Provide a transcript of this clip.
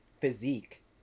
physique